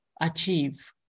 achieve